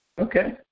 Okay